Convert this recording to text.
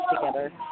together